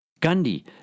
Gandhi